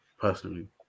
personally